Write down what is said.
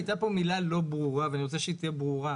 הייתה פה מילה לא ברורה שאני רוצה שתהיה ברורה,